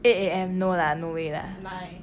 eight A_M no lah no way lah like